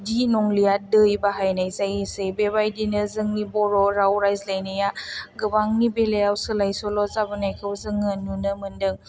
दि नंलिया दै बाहायनाय जायोसै बेबायदिनो जोंनि बर' राव रायज्लायनाया गोबांनि बेलायाव सोलाय सल' जाबोनायखौ जोङो नुनो मोनदों